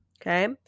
Okay